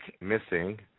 missing